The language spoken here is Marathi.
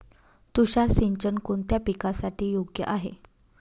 तुषार सिंचन कोणत्या पिकासाठी योग्य आहे?